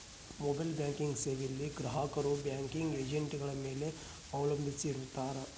mobile banking ಸೇವೆಯಲ್ಲಿ ಗ್ರಾಹಕರು banking ಏಜೆಂಟ್ಗಳ ಮೇಲೆ ಅವಲಂಬಿಸಿರುತ್ತಾರ